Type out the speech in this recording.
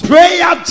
Prayer